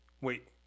wait